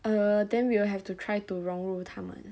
err then we will have to try to 融入他们